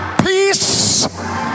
Peace